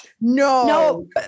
no